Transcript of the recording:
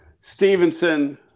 Stevenson